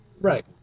Right